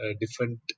different